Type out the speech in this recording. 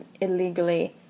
illegally